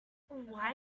why